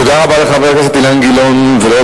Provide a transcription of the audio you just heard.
תודה רבה לחבר הכנסת אילן גילאון ולעוד